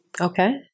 Okay